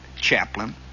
chaplain